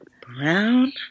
Brown